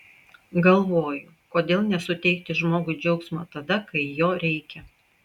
galvoju kodėl nesuteikti žmogui džiaugsmo tada kai jo reikia